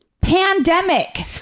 Pandemic